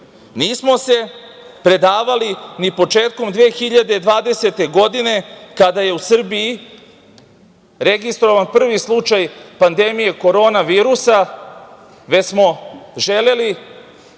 se predavali ni početkom 2020. godine, kada je u Srbiji registrovan prvi slučaj pandemije Korona virusa, već smo želeli